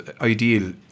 ideal